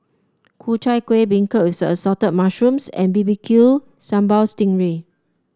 Ku Chai Kuih beancurd with Assorted Mushrooms and B B Q Sambal Sting Ray